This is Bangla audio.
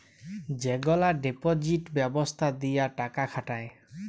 যেগলা ডিপজিট ব্যবস্থা দিঁয়ে টাকা খাটায়